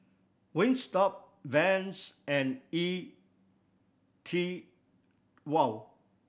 Wingstop Vans and E Twow